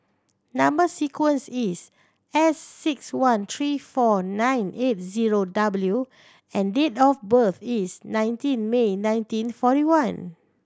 number sequence is S six one three four nine eight zero W and date of birth is nineteen May nineteen forty one